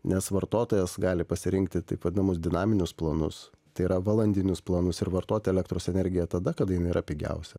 nes vartotojas gali pasirinkti taip vadinamus dinaminius planus tai yra valandinius planus ir vartoti elektros energiją tada kada jam yra pigiausia